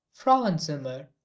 Frauenzimmer